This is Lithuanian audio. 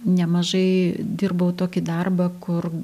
nemažai dirbau tokį darbą kur